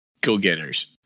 go-getters